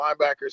linebackers